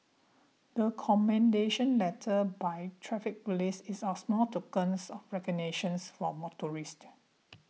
the commendation letter by Traffic Police is our small token of recognition for motorists